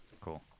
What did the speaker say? cool